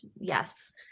Yes